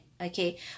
okay